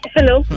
Hello